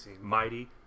mighty